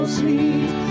sweet